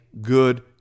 good